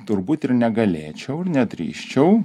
turbūt ir negalėčiau ir nedrįsčiau